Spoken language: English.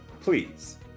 please